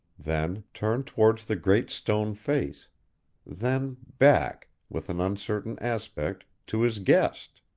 then turned towards the great stone face then back, with an uncertain aspect, to his guest.